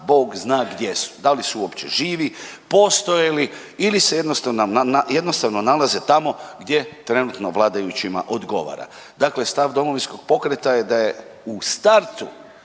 Bog zna gdje su, da li su uopće živi, postoje li ili se jednostavno nalaze tamo gdje trenutno vladajućima odgovara. Dakle stav Domovinskog pokreta je da je u startu